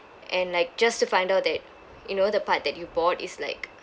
and like just to find out that you know the part that you bought is like